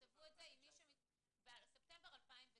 בספטמבר 2019